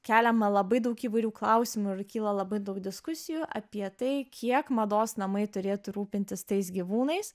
keliama labai daug įvairių klausimų ir kyla labai daug diskusijų apie tai kiek mados namai turėtų rūpintis tais gyvūnais